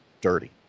dirty